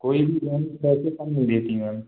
कोई भी बैंक पैसे कम नहीं देती मैम